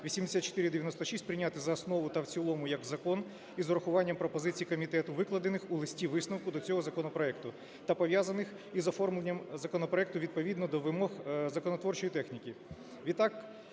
8496 прийняти за основу та в цілому як закон із урахуванням пропозицій комітету, викладених у листі-висновку до цього законопроекту та пов'язаних із оформленням законопроекту, відповідно до вимог законотворчої техніки.